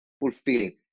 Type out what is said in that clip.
fulfilling